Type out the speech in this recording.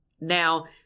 Now